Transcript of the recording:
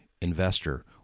investor